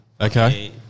okay